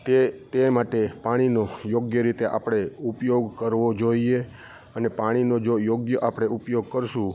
તે તે માટે પાણીનો યોગ્ય રીતે આપણે ઉપયોગ કરવો જોઈએ અને પાણીનો જો યોગ્ય આપણે ઉપયોગ કરીશું